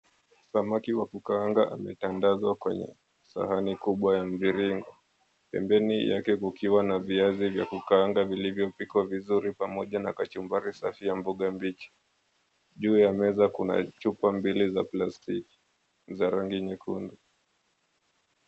Samaki wa kukaanga ametandazwa kwenye sahani kubwa ya mviringo. Pembeni mwake kukiwa na viazi vya kukaanga vilivyo pikwa vizuri pamoja na kachumbari safi ya mboga mbichi. Juu ya meza kuna chupa mbili za plastiki za rangi nyekundu.